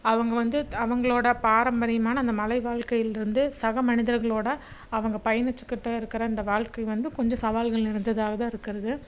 அவங்க வந்து த் அவங்களோட பாரம்பரியமான அந்த மலைவாழ்க்கையிலிருந்து சக மனிதர்களோட அவங்க பயணிச்சிக்கிட்டும் இருக்கிற இந்த வாழ்க்கை வந்து கொஞ்சம் சவால்கள் நிறைந்ததாக தான் இருக்கிறது